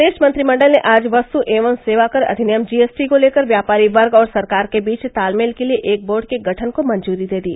प्रदेश मंत्रिमंडल ने आज वस्त एवं सेवाकर अधिनियम जीएसटी को लेकर व्यापारी वर्ग और सरकार के बीच तालमेल के लिये एक बोर्ड के गठन को मंजुरी दे दी